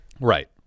right